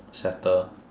settle